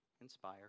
inspire